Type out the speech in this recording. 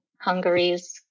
Hungary's